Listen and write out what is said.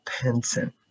Penson